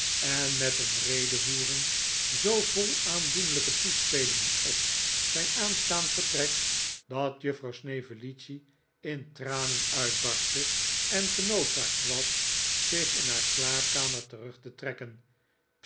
in met een redevoering zoo vol aandoenlijke toespelingen op zijn aanstaand vertrek dat juffrouw snevellicci in tranen uitbarstte en genoodzaakt was zich in haar slaapkamer terug te trekken